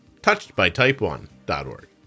Touchedbytype1.org